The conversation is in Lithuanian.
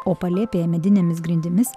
o palėpėje medinėmis grindimis